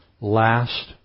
last